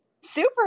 Super